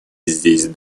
здесь